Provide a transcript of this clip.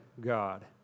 God